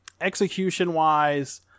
Execution-wise